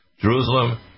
Jerusalem